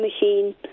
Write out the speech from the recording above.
machine